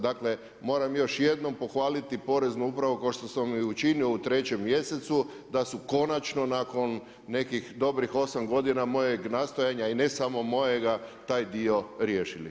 Dakle, moram još jednom pohvaliti Poreznu upravu kao što sam i učinio u 3. mjesecu da su konačno nakon nekih dobrih 8 godina mojeg nastojanja i ne samo mojega, taj dio riješili.